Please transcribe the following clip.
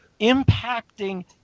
impacting